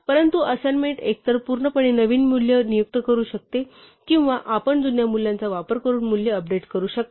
परंतु असाइनमेंट एकतर पूर्णपणे नवीन मूल्य नियुक्त करू शकते किंवा आपण जुन्या मूल्याचा वापर करून मूल्य अपडेट करू शकता